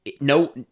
no